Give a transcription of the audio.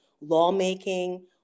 lawmaking